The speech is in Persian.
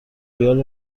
ریال